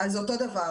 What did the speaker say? אז זה אותו דבר.